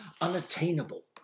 unattainable